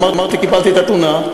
ואמרתי: קיבלתי את התלונה.